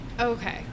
Okay